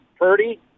Purdy